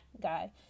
guy